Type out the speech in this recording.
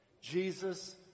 Jesus